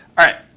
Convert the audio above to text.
all right.